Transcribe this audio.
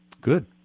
good